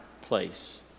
place